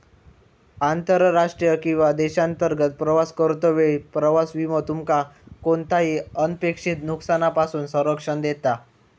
आंतरराष्ट्रीय किंवा देशांतर्गत प्रवास करतो वेळी प्रवास विमो तुमका कोणताही अनपेक्षित नुकसानापासून संरक्षण देता